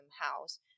house